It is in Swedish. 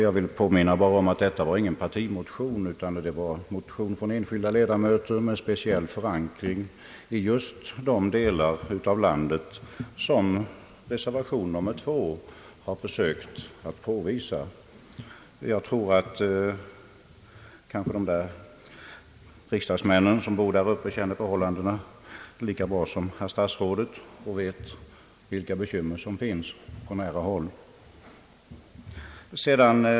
Jag vill bara påminna om att det här inte gäller någon partimotion utan en motion som väckts av ledamöter med speciell förankring i just de delar av landet som åsyftas i reservation nr 2. Jag tror att de riksdagsmän som bor där uppe i dessa delar av landet känner till förhållandena lika bra som herr statsrådet och vet vilka bekymmer som finns på nära håll.